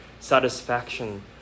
Satisfaction